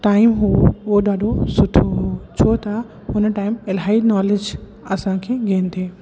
time उहो हू ॾाढो सुठो हुओ छो त हुन टाइम इलाही नॉलेज असांखे ॾियनि थी